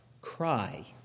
cry